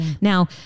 Now